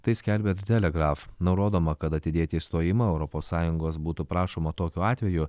tai skelbia telegraf nurodoma kad atidėti išstojimo europos sąjungos būtų prašoma tokiu atveju